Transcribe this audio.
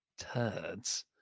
turds